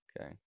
Okay